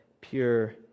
pure